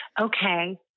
Okay